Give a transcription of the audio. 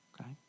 okay